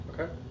Okay